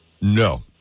No